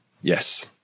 Yes